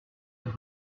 êtes